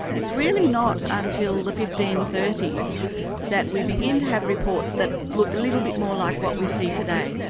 it's really not until the fifteen thirty s that we begin to have reports that look a little bit more like what we see today,